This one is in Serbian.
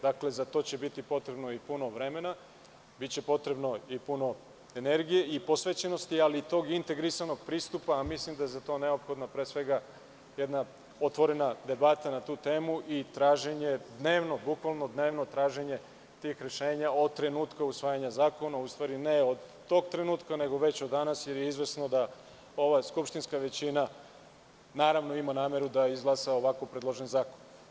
Dakle, za to će biti potrebno i puno vremena, biće potrebno i puno energije i posvećenosti, ali i tog integrisanog pristupa, a mislim za to neophodno pre svega jedna otvorena debata na tu temu i bukvalno dnevno traženje tih rešenja od trenutka usvajanja zakona, u stvari ne od tog trenutka, nego već od danas, jer je izvesno da ova skupštinska većina ima nameru da izglasa ovako predložen zakon.